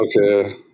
Okay